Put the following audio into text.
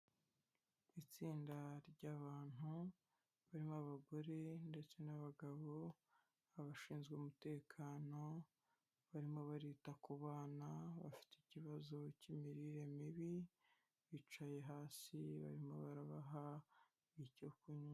Itsinda ry'abantu barimo abagore ndetse n'abagabo, abashinzwe umutekano, barimo barita ku bana bafite ikibazo cy'imirire mibi, bicaye hasi barimo barabaha icyo kunywa.